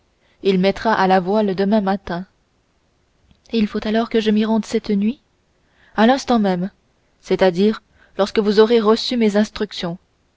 il mettra à la voile demain matin il faut alors que je m'y rende cette nuit à l'instant même c'est-à-dire lorsque vous aurez reçu mes instructions